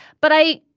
but i.